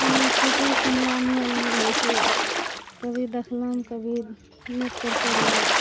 हमर photo camera मोबाइलमे रहै छै कभी देखलहुॅं कभी म्यूट करिके रहल